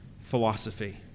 philosophy